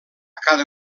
cada